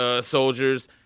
soldiers